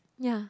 ya